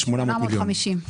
850 מיליון.